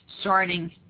starting